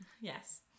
Yes